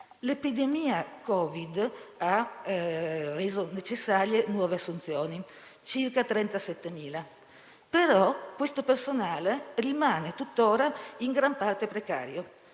L'epidemia Covid ha reso necessarie nuove assunzioni: circa 37.000. Tuttavia, questo personale rimane tuttora in gran parte precario.